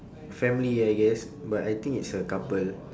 family I guess but I think it's a couple